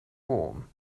warm